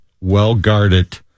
well-guarded